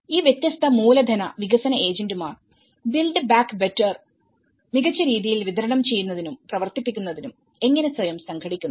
ഈ വ്യത്യസ്ത മൂലധന വികസന ഏജന്റുമാർ ബിൽഡ് ബാക്ക് ബെറ്റർ മികച്ച രീതിയിൽ വിതരണം ചെയ്യുന്നതിനും പ്രവർത്തിപ്പിക്കുന്നതിനും എങ്ങനെ സ്വയം സംഘടിക്കുന്നു